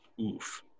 Oof